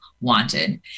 wanted